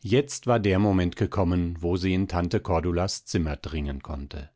jetzt war der moment gekommen wo sie in tante cordulas zimmer dringen konnte